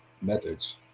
methods